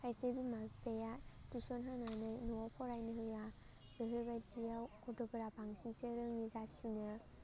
खायसे बिमा बिफाया टिउस'न होनानै न'आव फरायनो होआ बेफोरबायदियाव गथ'फोरा बांसिनसो रोङै जासिनो